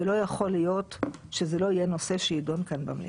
ולא יכול להיות שזה לא יהיה נושא שיידון כאן במליאה.